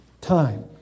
time